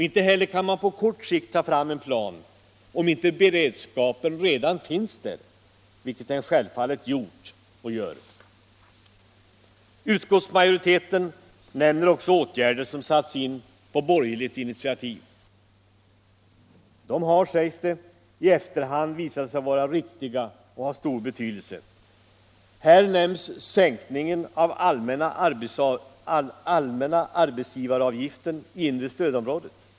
Inte heller kan man på kort sikt ta fram en plan, om inte beredskapen redan finns där, vilket den självfallet gjort och gör. Utskottsmajoriteten nämner också åtgärder som satts in på borgerligt initiativ. Dessa har, sägs det, i efterhand visat sig vara riktiga och ha stor betydelse. Här nämns sänkningen av allmänna arbetsgivaravgiften i inre stödområdet.